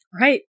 Right